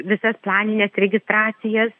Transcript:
visas planines registracijas